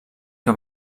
que